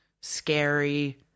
scary